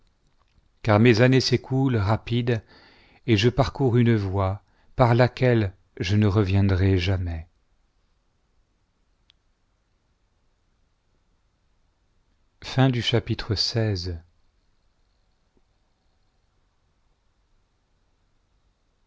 car mes années s'écoulent rapides et je parcours une voie par laquelle je ne reviendrai jamais